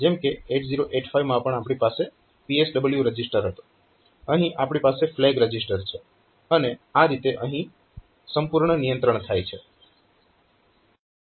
જેમ 8085 માં પણ આપણી પાસે PSW રજીસ્ટર હતો અહીં આપણી પાસે ફ્લેગ રજીસ્ટર છે અને આ રીતે અહીં સંપૂર્ણ નિયંત્રણ થાય છે